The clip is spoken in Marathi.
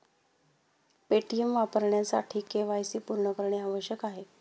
पेटीएम वापरण्यासाठी के.वाय.सी पूर्ण करणे आवश्यक आहे